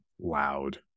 loud